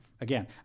Again